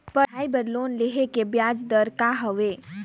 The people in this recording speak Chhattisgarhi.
पढ़ाई बर लोन लेहे के ब्याज दर का हवे?